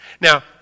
Now